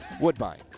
Woodbine